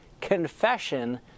confession